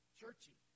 churchy